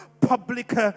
public